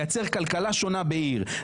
לייצר כלכלה שונה בעיר,